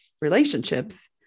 relationships